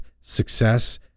success